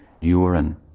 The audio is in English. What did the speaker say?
urine